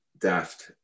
daft